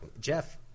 Jeff